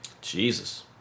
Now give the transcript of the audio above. Jesus